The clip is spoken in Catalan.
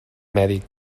mèdic